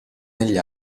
negli